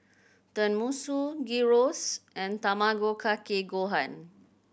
Tenmusu Gyros and Tamago Kake Gohan